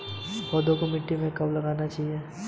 पौधे को मिट्टी में कब लगाना चाहिए?